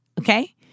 Okay